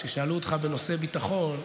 כששאלו אותך בנושא ביטחון,